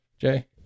Jay